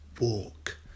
walk